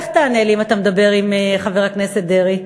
איך תענה לי אם אתה מדבר עם חבר הכנסת דרעי?